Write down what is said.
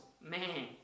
man